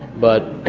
but,